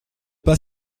pas